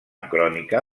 crònica